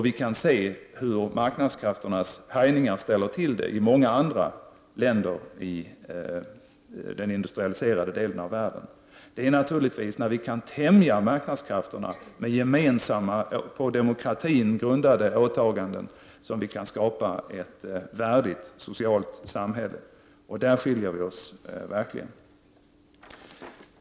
Vi kan ju se hur marknadskrafternas härjningar ställer till det i många andra länder i den industrialiserade delen av världen. Det är naturligtvis när vi kan tämja marknadskrafterna med gemensamma på demokratin grundade åtaganden som vi kan skapa ett värdigt, socialt samhälle. Där skiljer vi oss verkligen.